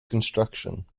construction